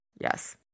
Yes